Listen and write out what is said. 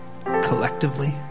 collectively